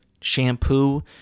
shampoo